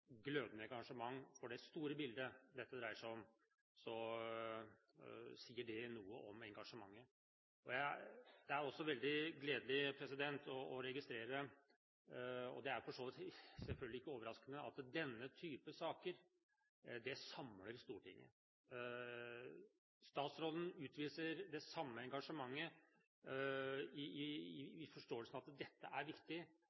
glødende engasjement for det store bildet dette dreier seg om, sier det noe om engasjementet. Det er også veldig gledelig å registrere – det er selvfølgelig ikke overraskende – at denne type saker samler Stortinget. Statsråden utviser det samme engasjementet i forståelsen av at dette er viktig,